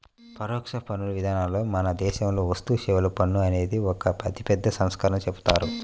పరోక్ష పన్నుల విధానంలో మన దేశంలో వస్తుసేవల పన్ను అనేది ఒక అతిపెద్ద సంస్కరణగా చెబుతారు